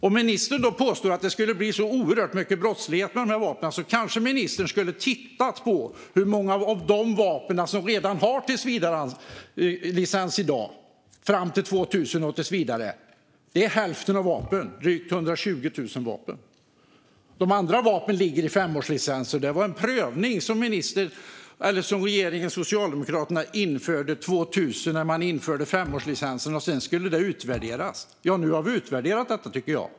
Om ministern påstår att det skulle bli så oerhört mycket brottslighet med de här vapnen kanske ministern skulle titta på hur många av de vapnen som redan i dag har tillsvidarelicens sedan tiden före 2000. Det är hälften av vapnen, drygt 120 000. De andra vapnen har femårslicenser. Regeringen och Socialdemokraterna införde en prövning 2000 när man införde femårslicenserna. Sedan skulle detta utvärderas. Nu har vi utvärderat det, tycker jag.